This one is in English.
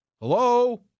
Hello